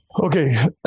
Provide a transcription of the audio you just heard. Okay